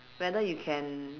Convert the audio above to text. whether you can